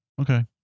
Okay